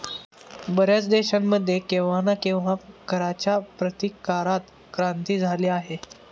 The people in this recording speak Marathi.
बर्याच देशांमध्ये केव्हा ना केव्हा कराच्या प्रतिकारात क्रांती झाली आहे